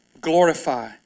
glorify